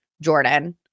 Jordan